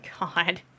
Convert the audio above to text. God